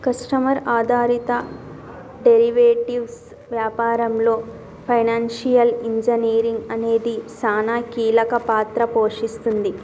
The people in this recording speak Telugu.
కస్టమర్ ఆధారిత డెరివేటివ్స్ వ్యాపారంలో ఫైనాన్షియల్ ఇంజనీరింగ్ అనేది సానా కీలక పాత్ర పోషిస్తుంది